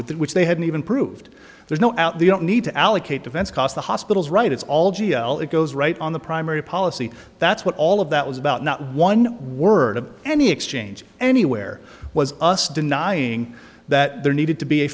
within which they haven't even proved there's no doubt they don't need to allocate defense cost the hospital's right it's all g l it goes right on the primary policy that's what all of that was about not one word of any exchange anywhere was us denying that there needed to be a